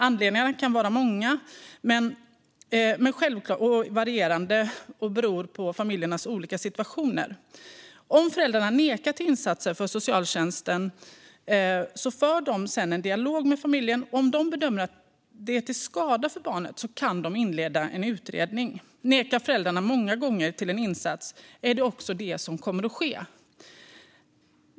Anledningarna kan vara många och varierande och bero på familjernas olika situation. Om föräldrarna säger nej till insatser för socialtjänsten en dialog med familjen. Och om socialtjänsten bedömer att det är till skada för barnet kan de inleda en utredning. Säger föräldrarna nej många gånger till en insats är det också detta som kommer att ske.